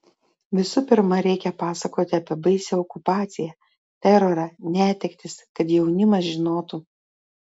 visų pirma reikia pasakoti apie baisią okupaciją terorą netektis kad jaunimas žinotų